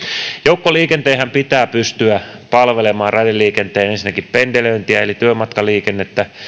raideliikenteenhän pitää pystyä palvelemaan ensinnäkin pendelöintiä eli työmatkaliikennettä